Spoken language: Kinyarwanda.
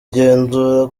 igenzura